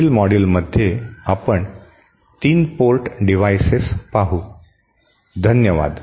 पुढील मॉड्यूलमध्ये आपण 3 पोर्ट डिव्हाइसेस पाहू धन्यवाद